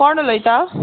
कोण उलयता